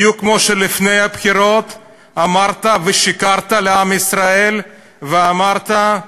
בדיוק כמו שלפני הבחירות שיקרת לעם ישראל ואמרת: